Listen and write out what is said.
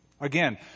Again